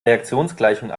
reaktionsgleichung